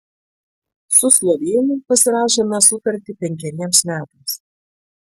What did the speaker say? su slovėnu pasirašėme sutartį penkeriems metams